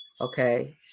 okay